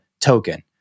token